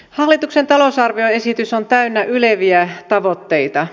hallituksen talousarvioesitys on täynnä yleviä tavoitteita